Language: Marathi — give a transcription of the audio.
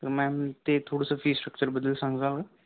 तर मॅम ते थोडंसं फी स्ट्रक्चरबद्दल सांगाल